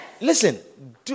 Listen